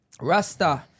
Rasta